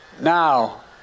Now